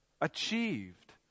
achieved